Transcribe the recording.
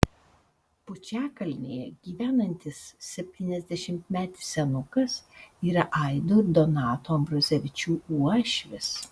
pučiakalnėje gyvenantis septyniasdešimtmetis senukas yra aido ir donato ambrazevičių uošvis